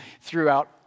throughout